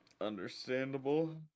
Understandable